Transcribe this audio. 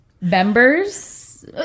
members